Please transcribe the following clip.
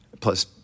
plus